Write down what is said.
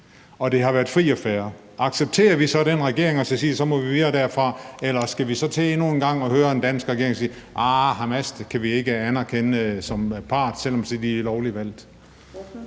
og det har været frit og fair – accepterer vi så den regering og siger, at så må vi videre derfra, eller skal vi til endnu en gang at høre en dansk regering sige, at ah, Hamas kan vi ikke anerkende som part, selv om de er lovligt valgt?